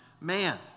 man